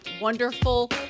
wonderful